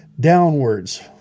downwards